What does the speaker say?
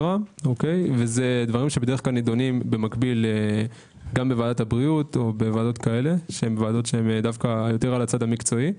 וזה נדון גם בוועדת הבריאות או בוועדות כאלה שהן יותר בצד המקצועי.